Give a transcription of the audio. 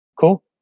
Cool